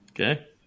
Okay